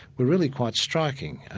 but really quite striking.